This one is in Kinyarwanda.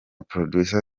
producer